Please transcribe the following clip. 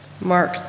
Mark